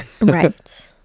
right